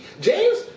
James